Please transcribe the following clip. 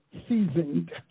seasoned